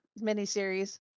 miniseries